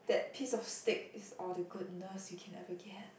that piece of steak is all the goodness you can ever get